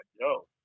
yo